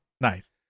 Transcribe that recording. Nice